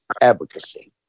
advocacy